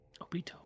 obito